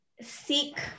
seek